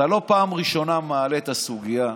אתה לא פעם ראשונה מעלה את הסוגיה.